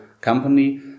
company